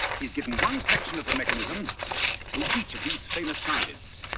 he's given one section of the mechanism to each of these famous scientists.